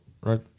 right